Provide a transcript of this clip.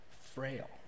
frail